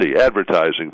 advertising